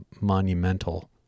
monumental